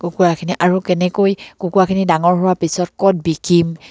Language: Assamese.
কুকুৰাখিনি আৰু কেনেকৈ কুকুৰাখিনি ডাঙৰ হোৱাৰ পিছত ক'ত বিকিম